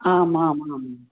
आमामाम्